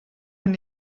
man